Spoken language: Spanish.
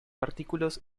artículos